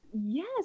Yes